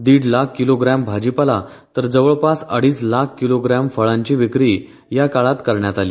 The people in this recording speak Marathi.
दीड लाख किलोग्रॅम भाजीपाला तर जवळपास अडीच लाख किलोग्रॅम फळांची विक्री याकाळात करण्यात आली